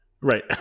Right